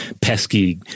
pesky